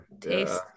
Taste